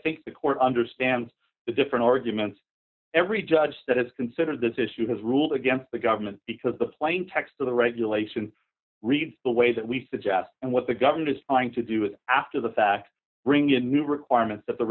think the court understands the different arguments every judge that has considered this issue has ruled against the government because the plain text of the regulation reads the way that we suggest and what the government is trying to do with after the fact bring in new requirements that the